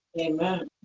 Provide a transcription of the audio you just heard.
Amen